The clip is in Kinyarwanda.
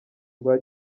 rwa